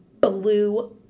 blue